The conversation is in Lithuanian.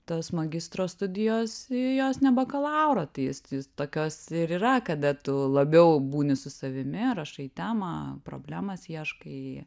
tos magistro studijos jos ne bakalauro tai jis jis tokios ir yra kada tu labiau būni su savimi rašai temą problemas ieškai